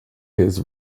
his